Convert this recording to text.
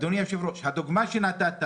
אדוני היושב-ראש, הדוגמה שנתת